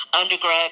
undergrad